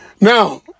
Now